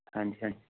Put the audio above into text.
ਹਾਂਜੀ ਹਾਂਜੀ